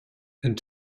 and